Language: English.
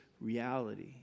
reality